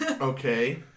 Okay